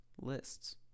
lists